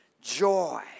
joy